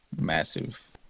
massive